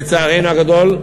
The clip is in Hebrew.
לצערנו הגדול,